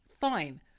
Fine